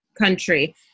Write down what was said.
country